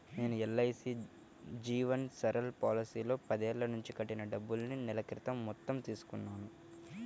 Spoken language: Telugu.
నేను ఎల్.ఐ.సీ జీవన్ సరల్ పాలసీలో పదేళ్ళ నుంచి కట్టిన డబ్బుల్ని నెల క్రితం మొత్తం తీసుకున్నాను